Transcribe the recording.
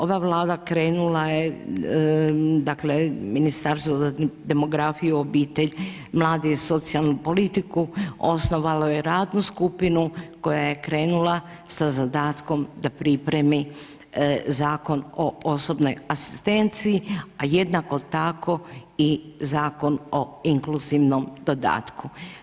Ova Vlada krenula je, dakle Ministarstvo za demografiju, obitelj, mlade i socijalnu politiku osnovalo radnu skupinu koja je krenula sa zadatkom da pripremi Zakon o osobnoj asistenciji a jednako tako i Zakon o inkluzivnom dodatku.